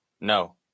No